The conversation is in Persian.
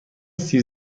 سیب